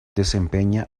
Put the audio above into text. desempeña